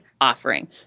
offering